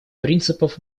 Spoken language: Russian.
принципов